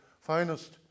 finest